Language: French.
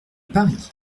paris